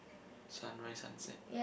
sunrise sunset